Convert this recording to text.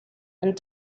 and